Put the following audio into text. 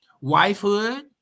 wifehood